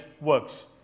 works